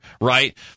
right